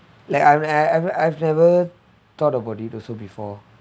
like I I I I've never thought of before